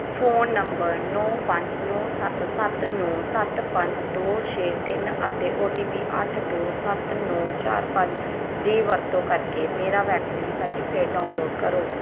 phone number ਨੌਂ ਪੰਜ ਨੌਂ ਸੱਤ ਸੱਤ ਨੌਂ ਸੱਤ ਪੰਜ ਦੋ ਛੇ ਤਿੰਨ ਅਤੇ ਓ ਟੀ ਪੀ ਅੱਠ ਦੋ ਸੱਤ ਨੌਂ ਚਾਰ ਪੰਜ ਦੀ ਵਰਤੋਂ ਕਰਕੇ ਮੇਰਾ ਵੈਕਸੀਨ ਸਰਟੀਫਿਕੇਟ ਡਾਊਨਲੋਡ ਕਰੋ